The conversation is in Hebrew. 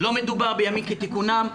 לא מדובר בימים כתיקונם,